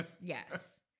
Yes